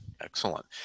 Excellent